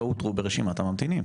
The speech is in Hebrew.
לא אותרו ברשימת הממתינים,